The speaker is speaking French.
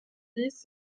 dix